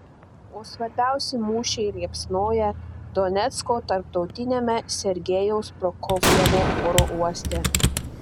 o svarbiausi mūšiai liepsnoja donecko tarptautiniame sergejaus prokofjevo oro uoste